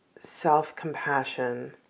self-compassion